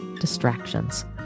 distractions